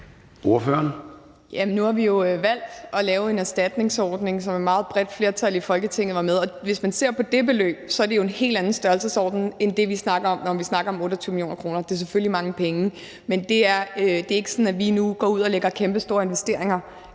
Nu har vi jo valgt at lave en erstatningsordning, som et meget bredt flertal i Folketinget var med til at lave, og hvis man ser på det beløb, er det jo en helt anden størrelsesorden end de 28 mio. kr., vi snakker om. Det er selvfølgelig mange penge, men det er ikke sådan, at vi nu går ud og lægger kæmpestore investeringer